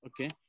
Okay